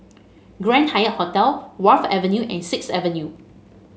Grand Hyatt Singapore Wharf Avenue and Sixth Avenue